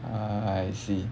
ah I see